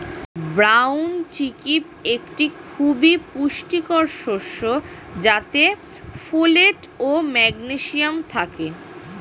brown chickpea একটি খুবই পুষ্টিকর শস্য যাতে ফোলেট ও ম্যাগনেসিয়াম থাকে